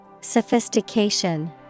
Sophistication